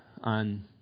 on